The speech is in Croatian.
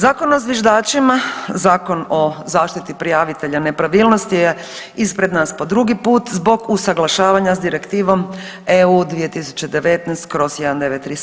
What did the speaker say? Zakon o zviždačima, Zakon o zaštiti prijavitelja nepravilnosti je ispred nas po drugi put zbog usuglašavanja sa Direktivom EU 2019/